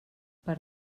per